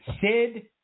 Sid